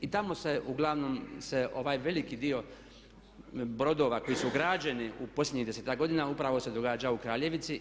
I tamo se uglavnom se ovaj veliki dio brodova koji su građeni u posljednjih desetak godina upravo se događa u Kraljevici.